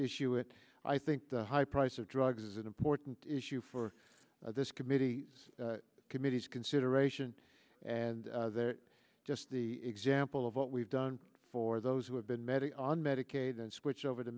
issue it i think the high price of drugs is an important issue for this committee committee's consideration and just the example of what we've done for those who have been medically on medicaid and switch over to